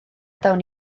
dawn